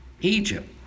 Egypt